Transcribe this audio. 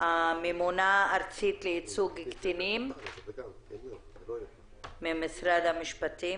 הממונה הארצית לייצוג קטינים ממשרד המשפטים.